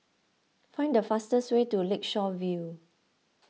find the fastest way to Lakeshore View